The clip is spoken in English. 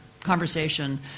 conversation